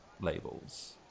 labels